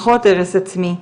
פחות הרס עצמי,